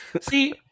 See